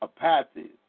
apathy